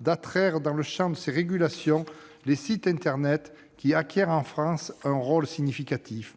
d'attraire dans le champ de sa régulation les sites internet qui acquièrent en France un rôle significatif,